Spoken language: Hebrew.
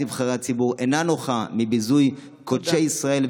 נבחרי הציבור אינה נוחה מביזוי קודשי ישראל,